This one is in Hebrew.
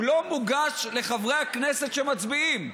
הוא לא מוגש לחברי הכנסת שמצביעים,